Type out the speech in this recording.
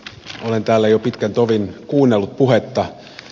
olen täällä jo pitkän tovin kuunnellut puhetta